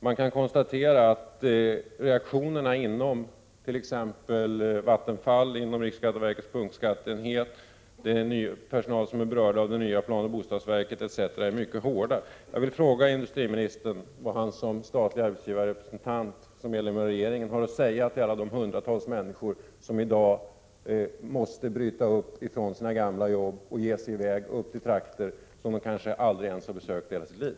Man kan konstatera att reaktionerna inom t.ex. Vattenfall, inom riksskatteverkets punktskatteenhet, från den personal som är berörd av det nya planoch bostadsverket etc. är mycket hårda. Jag vill fråga industriministern vad han som statlig arbetsgivarrepresentant och medlem av regeringen har att säga till de hundratals människor som nu måste bryta upp från sina gamla jobb och ge sig i väg till trakter som de 35 kanske aldrig ens har besökt i hela sitt liv.